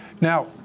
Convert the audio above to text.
Now